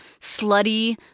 slutty